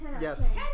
Yes